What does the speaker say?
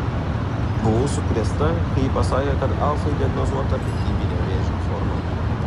buvau sukrėsta kai ji pasakė kad alfui diagnozuota piktybinė vėžio forma